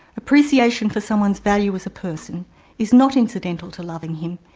appreciation for someone's value as a person is not incidental to loving him,